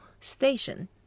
station